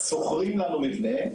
שוכרים לנו מבנה,